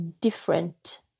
different